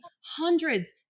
hundreds